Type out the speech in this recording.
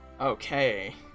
Okay